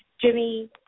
Jimmy